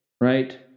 right